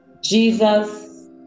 Jesus